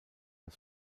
das